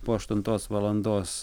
po aštuntos valandos